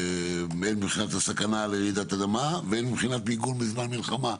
הן מבחינת הסכנה לרעידת אדמה והן מבחינת מיגון בזמן מלחמה,